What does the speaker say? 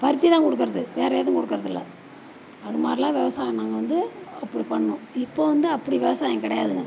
பருத்தி தான் கொடுக்குறது வேறே எதுவும் கொடுக்கறதில்ல அதுமாதிரில்லாம் விவசாயம் நாங்கள் வந்து அப்படி பண்ணிணோம் இப்போ வந்து அப்படி விவசாயம் கிடையாதுங்க